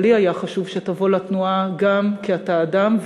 אבל לי היה חשוב שתבוא לתנועה גם כי אתה אדם,